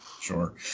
sure